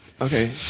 Okay